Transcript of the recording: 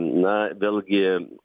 na vėl gi